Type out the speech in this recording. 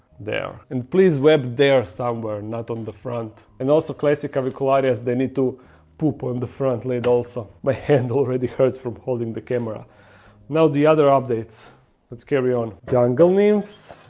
there, and please web there somewhere not on the front and also classic have a colitis they need to poop on the front lid also my hand already hurts from holding the camera now the other updates let's carry on jango names